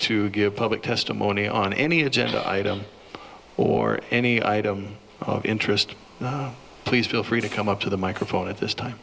to give public testimony on any agenda item or any item of interest please feel free to come up to the microphone at this time